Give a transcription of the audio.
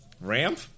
ramp